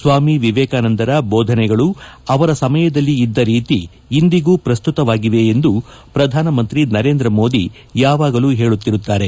ಸ್ಲಾಮಿ ವಿವೇಕಾನಂದರ ಬೋಧನೆಗಳು ಅವರ ಸಮಯದಲ್ಲಿ ಇದ್ದ ರೀತಿ ಇಂದಿಗೂ ಪ್ರಸ್ತುತವಾಗಿವೆ ಎಂದು ಪ್ರಧಾನಮಂತಿ ನರೇಂದ ಮೋದಿ ಯಾವಾಗಲೂ ಹೇಳುತ್ತಿರುತ್ತಾರೆ